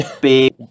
big